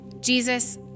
Jesus